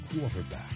Quarterback